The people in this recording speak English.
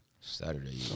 Saturday